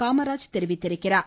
காமராஜ் தெரிவித்துள்ளார்